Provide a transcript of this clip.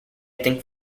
think